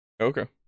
Okay